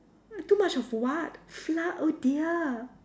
too much of what flour oh dear